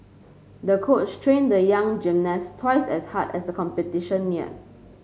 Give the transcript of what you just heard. the coach trained the young gymnast twice as hard as the competition neared